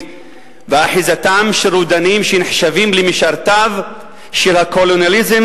ואחיזתם של רודנים שנחשבים למשרתיו של הקולוניאליזם